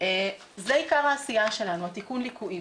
זה עיקר העשייה שלנו, תיקון הליקויים.